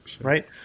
right